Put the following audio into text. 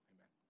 Amen